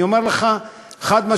אני אומר לך חד-משמעית.